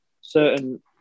certain